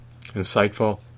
insightful